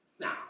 Now